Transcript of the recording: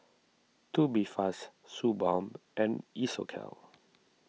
Tubifast Suu Balm and Isocal